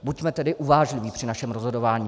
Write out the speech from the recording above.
Buďme tedy uvážliví při našem rozhodování.